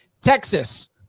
Texas